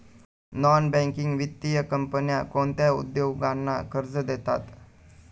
Non banking वित्तीय कंपन्या कोणत्या उद्योगांना कर्ज देतात?